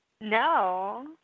No